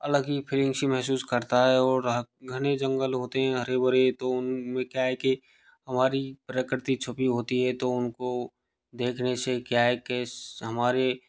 अलग ही फीलिंग से महसूस करता है और घने जंगल होते हैं हरे भरे तो उनमें क्या है कि हमारी प्रकृति छुपी होती है तो उनको देखने से क्या है के हमारे